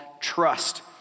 trust